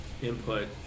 input